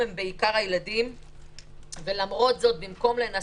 היכולת לקנות - דוגמאות של יכולת לבחור